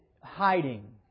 hiding